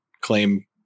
claim